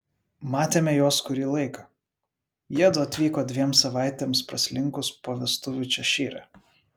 matėme juos kurį laiką jiedu atvyko dviem savaitėms praslinkus po vestuvių češyre